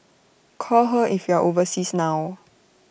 call her if you are overseas now